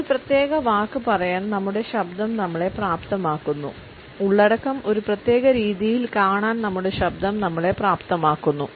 ഒരു പ്രത്യേക വാക്ക് പറയാൻ നമ്മുടെ ശബ്ദം നമ്മളെ പ്രാപ്തമാക്കുന്നു ഉള്ളടക്കം ഒരു പ്രത്യേക രീതിയിൽ കാണാൻ നമ്മുടെ ശബ്ദം നമ്മളെ പ്രാപ്തമാക്കുന്നു